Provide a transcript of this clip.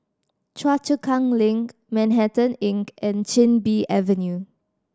Choa Chu Kang Link Manhattan Inn and Chin Bee Avenue